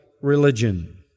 religion